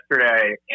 yesterday